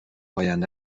آینده